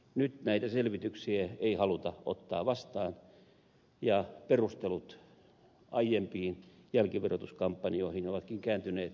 nyt näitä selvityksiä ei haluta ottaa vastaan ja perustelut aiempiin jälkiverotuskampanjoihin nähden ovatkin kääntyneet päälaelleen